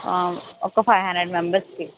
ఒక five hundred మెంబర్స్కి